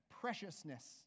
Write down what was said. preciousness